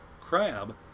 crab